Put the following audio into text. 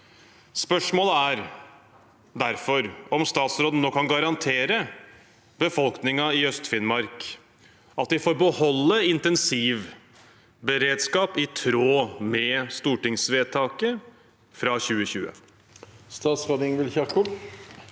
Spørsmålet er derfor: Kan statsråden nå kan garantere befolkningen i Øst-Finnmark at de får beholde intensivberedskap i tråd med stortingsvedtaket fra 2020? Statsråd Ingvild Kjerkol